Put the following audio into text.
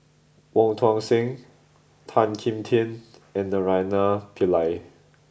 Wong Tuang Seng Tan Kim Tian and Naraina Pillai